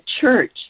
church